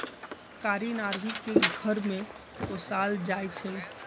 कारी नार्भिक के घर में पोशाल जाइ छइ